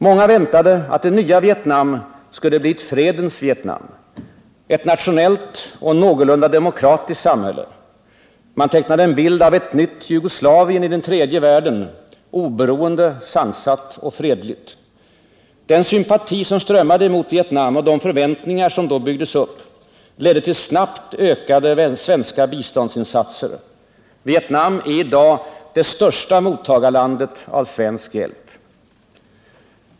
Många väntade att det nya Vietnam skulle bli ett fredens Vietnam, ett nationellt och någorlunda demokratiskt samhälle. Man tecknade en bild av ett nytt Jugoslavien i den tredje världen — oberoende, sansat och fredligt. Den sympati som strömmade emot Vietnam och de förväntningar som då byggdes upp ledde till snabbt ökade svenska biståndsinsatser. Vietnam är i dag det största mottagarlandet av svensk hjälp.